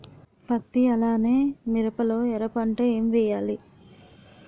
పత్తి అలానే మిరప లో ఎర పంట ఏం వేయాలి?